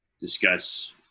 discuss